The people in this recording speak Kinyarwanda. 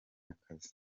akazi